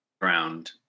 ground